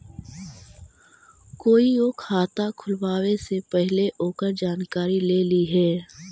कोईओ खाता खुलवावे से पहिले ओकर जानकारी ले लिहें